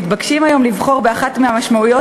מתבקשים היום לבחור באחת המשמעויות,